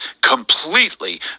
completely